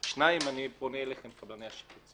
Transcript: שתיים, אני פונה אליכם, קבלני השיפוצים.